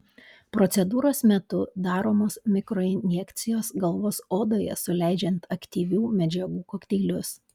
procedūros metu daromos mikroinjekcijos galvos odoje suleidžiant aktyvių medžiagų kokteilius